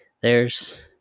There's